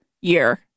year